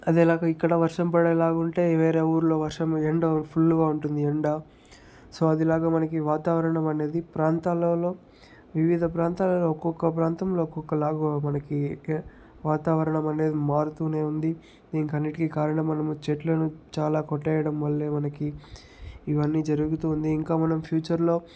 అదేలాగా ఇక్కడ వర్షం పడేలాగా ఉంటే వేరే ఊరిలో వర్షం ఎండ ఫుల్గా ఉంటుంది ఎండ సో అదిలాగా మనకి వాతావరణం అనేది ప్రాంతాలలో వివిధ ప్రాంతాలలో ఒకొక్క ప్రాంతంలో ఒక్కొక్కలాగా మనకి వాతావరణం అనేది మారుతూనే ఉంది దీనికి అన్నిటికి కారణం మనము చెట్లను చాలా కొట్టేయడం వల్లే మనకి ఇవన్నీ జరుగుతూ ఉంది ఇంకా మనం ఫ్యూచర్లో